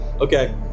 Okay